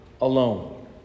alone